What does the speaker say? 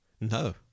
No